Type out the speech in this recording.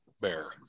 Bear